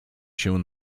się